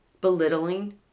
belittling